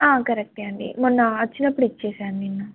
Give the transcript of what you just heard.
ఆ కరెక్టే అండి మొన్న వచ్చినప్పుడు ఇచ్చేసా నిన్న